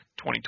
2020